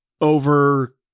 over